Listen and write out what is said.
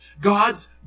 God's